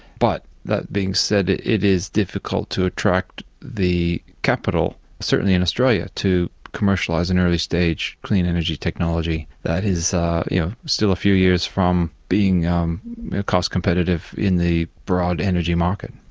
but, that being said, it it is difficult to attract the capital, certainly in australia, to commercialising an early-stage clean energy technology that is you know still a few years from being cost-competitive in the broad energy market.